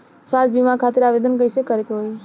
स्वास्थ्य बीमा खातिर आवेदन कइसे करे के होई?